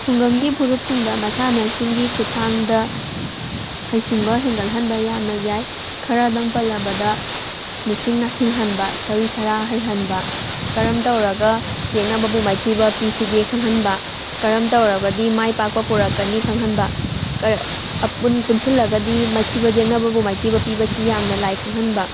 ꯈꯨꯡꯒꯪꯒꯤ ꯐꯨꯔꯨꯞꯁꯤꯡꯗ ꯃꯁꯥꯟꯅꯁꯤꯡꯒꯤ ꯈꯨꯠꯊꯥꯡꯗ ꯍꯩꯁꯤꯡꯕ ꯍꯦꯟꯒꯠꯍꯟꯕ ꯌꯥꯝꯅ ꯌꯥꯏ ꯈꯔꯗꯪ ꯄꯜꯂꯕꯗ ꯃꯤꯠꯁꯤꯡ ꯅꯥꯁꯤꯡꯍꯟꯕ ꯁꯔꯤꯠ ꯁꯔꯥꯛ ꯍꯩꯍꯟꯕ ꯀꯔꯝ ꯇꯧꯔꯒ ꯌꯦꯛꯅꯕꯕꯨ ꯃꯥꯏꯊꯤꯕ ꯄꯤꯁꯤꯒꯦ ꯈꯪꯍꯟꯕ ꯀꯔꯝ ꯇꯧꯔꯕꯗꯤ ꯃꯥꯏ ꯄꯥꯛꯄ ꯄꯨꯔꯛꯀꯅꯤ ꯈꯪꯍꯟꯕ ꯑꯄꯨꯟ ꯄꯨꯟꯁꯤꯜꯂꯒꯗꯤ ꯃꯥꯏꯊꯤꯕ ꯌꯦꯛꯅꯕꯕꯨ ꯃꯥꯏꯊꯤꯕ ꯄꯤꯕꯁꯤ ꯌꯥꯝꯅ ꯂꯥꯏ ꯈꯪꯍꯟꯕ